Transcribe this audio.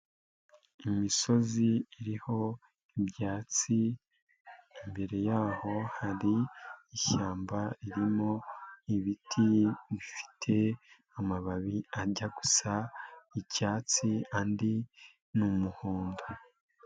Imisozi iriho ibyatsi, imbere y'aho hari ishyamba ririmo ibiti bifite amababi ajya gusa icyatsi, andi ni umuhondo.